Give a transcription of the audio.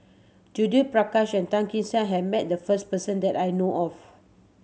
Judith Prakash and Tan Kee Sek has met the first person that I know of